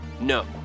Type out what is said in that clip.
No